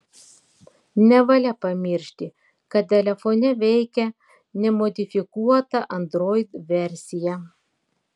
nevalia pamiršti kad telefone veikia nemodifikuota android versija